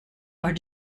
are